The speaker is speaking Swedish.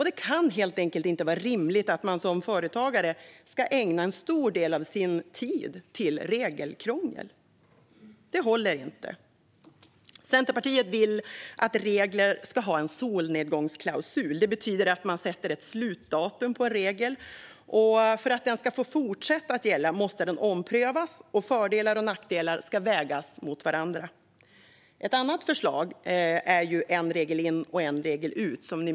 Det kan helt enkelt inte vara rimligt att företagare ska ägna stor del av sin tid åt regelkrångel. Det håller inte. Centerpartiet vill att regler ska ha en solnedgångsklausul. Det betyder att man sätter ett slutdatum för en regel. För att den ska fortsätta att gälla måste den omprövas, och fördelar och nackdelar ska vägas mot varandra. Ett annat välkänt förslag är en regel in och en regel ut.